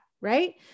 right